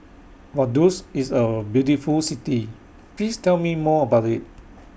Vaduz IS A very beautiful City Please Tell Me More about IT